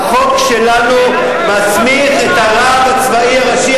החוק שלנו מסמיך את הרב הצבאי הראשי,